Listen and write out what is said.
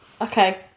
Okay